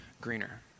greener